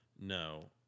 No